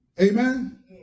Amen